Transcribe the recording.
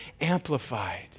amplified